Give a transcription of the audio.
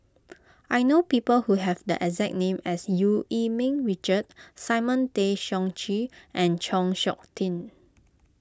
I know people who have the exact name as Eu Yee Ming Richard Simon Tay Seong Chee and Chng Seok Tin